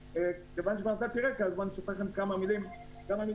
מכיוון שכבר נתתי רקע אומר כמה מילים להמשך.